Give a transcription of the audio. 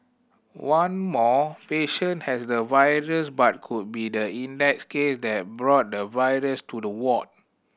one more patient has the virus but could be the index case that brought the virus to the ward